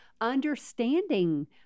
Understanding